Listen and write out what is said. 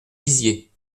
dizier